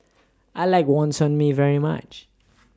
I like Wonton Mee very much